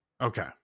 okay